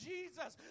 Jesus